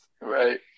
Right